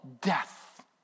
death